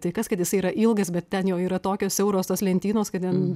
tai kas kad jisai yra ilgas bet ten jau yra tokios siauros tos lentynos kad ten